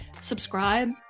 subscribe